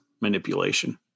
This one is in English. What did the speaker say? manipulation